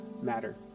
matter